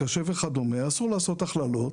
קשה וכד' אסור לעשות הכללות.